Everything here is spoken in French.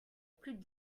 plus